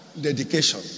dedication